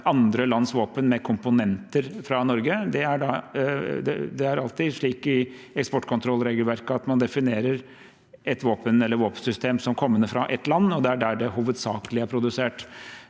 andre lands våpen med komponenter fra Norge. Det er alltid slik i eksportkontrollregelverket at man definerer et våpen eller et våpensystem som kommende fra ett land, og det er der det hovedsakelig er produsert.